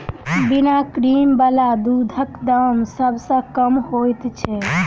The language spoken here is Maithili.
बिना क्रीम बला दूधक दाम सभ सॅ कम होइत छै